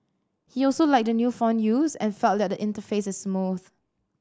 he also liked the new font used and felt that the interface is smooth